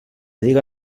diga